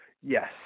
Yes